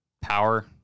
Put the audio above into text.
Power